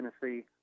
Tennessee